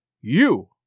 you